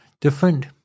different